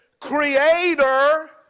Creator